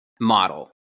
model